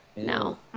No